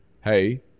hey